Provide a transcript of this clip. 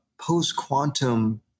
post-quantum